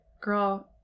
Girl